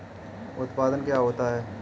उत्पाद क्या होता है?